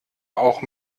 auch